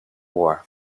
war